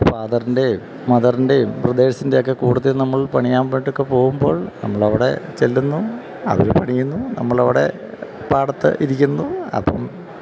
ഫാദറിൻ്റെയും മദറിൻ്റെയും ബ്രദേേഴ്സിൻ്റെയുമൊക്കെ കൂട്ടത്തിൽ നമ്മൾ പണിയാൻ വേണ്ടിയിട്ടൊക്കെ പോകുമ്പോൾ നമ്മളവിടെ ചെല്ലുന്നു അവര് പണിയുന്നു നമ്മളവിടെ പാടത്തിരിക്കുന്നു അപ്പം